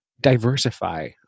diversify